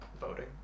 voting